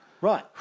Right